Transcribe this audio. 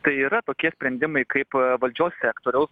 tai yra tokie sprendimai kaip valdžios sektoriaus